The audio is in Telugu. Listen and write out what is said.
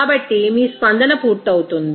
కాబట్టి మీ స్పందన పూర్తవుతుంది